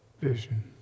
vision